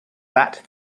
that